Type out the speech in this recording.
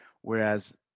Whereas